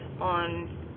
on